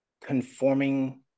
conforming